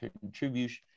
contribution